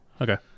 Okay